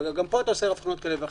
גם פה אתה עושה הבחנות כאלה ואחרות.